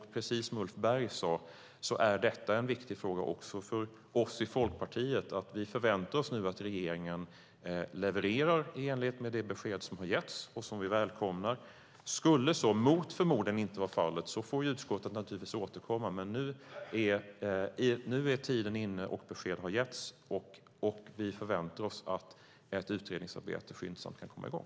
Detta en viktig fråga också för oss i Folkpartiet. Vi förväntar oss att regeringen levererar i enlighet med det besked som har getts och som vi välkomnar. Skulle så, mot förmodan, inte vara fallet får utskottet naturligtvis återkomma. Nu är tiden inne, och besked har getts. Vi förväntar oss att ett utredningsarbete skyndsamt kan komma i gång.